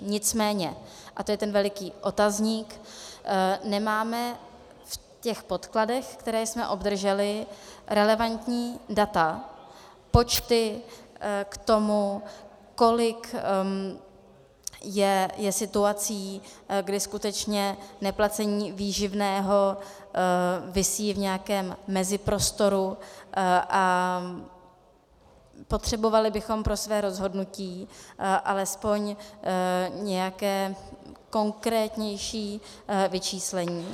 Nicméně, a to je ten veliký otazník, nemáme v podkladech, které jsme obdrželi, relevantní data, počty k tomu, kolik je situací, kdy skutečně neplacení výživného visí v nějakém meziprostoru, a potřebovali bychom pro své rozhodnutí alespoň nějaké konkrétnější vyčíslení.